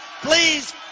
please